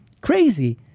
crazy